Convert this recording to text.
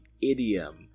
idiom